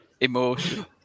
emotion